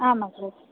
आम् अग्रज